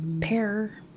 Pear